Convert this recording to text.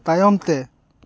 ᱛᱟᱭᱚᱢᱛᱮ